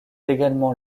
également